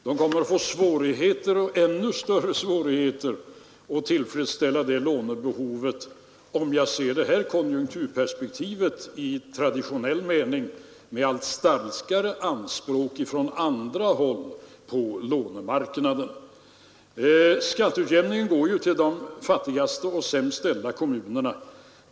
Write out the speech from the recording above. De kommer att få ännu större svårigheter att tillfredsställa det lånebehovet, om jag ser det här konjunkturperspektivet i traditionell mening med allt starkare anspråk på lånemarknaden från andra håll. Skatteutjämningsbidragen går till de fattigaste och sämst ställda kommunerna.